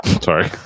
Sorry